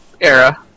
era